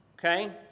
okay